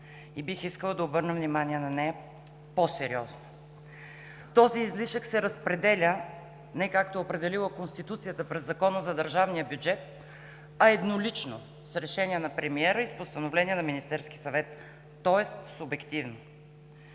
Бих искала да обърна внимание на нея по-сериозно. Този излишък се разпределя не както е определила Конституцията – през Закона за държавния бюджет, а еднолично, с решение на премиера и с постановление на Министерския съвет, тоест субективно.